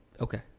Okay